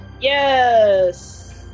Yes